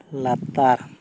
ᱞᱟᱛᱟᱨ